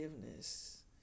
forgiveness